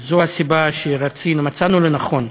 זו הסיבה שמצאנו לנכון,